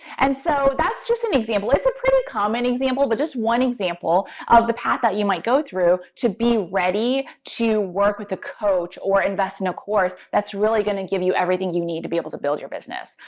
and so that's just an example. it's a pretty common example, but just one example of the path that you might go through to be ready to work with a coach or invest in a course that's really going to give you everything you need to be able to build your business.